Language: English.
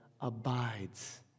abides